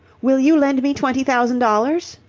will you lend me twenty thousand dollars?